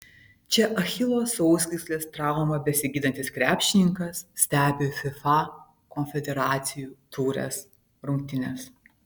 čia achilo sausgyslės traumą besigydantis krepšininkas stebi fifa konfederacijų taurės rungtynes